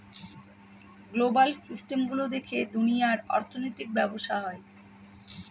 global system গুলো দেখে দুনিয়ার অর্থনৈতিক ব্যবসা হয়